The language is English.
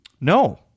No